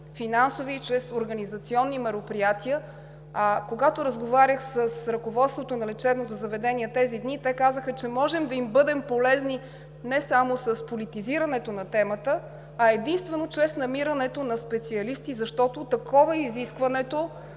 финансови, и чрез организационни мероприятия. Когато разговарях с ръководството на лечебното заведение тези дни, те казаха, че можем да им бъдем полезни не само с политизирането на темата, а чрез намирането на специалисти, защото такова е изискването,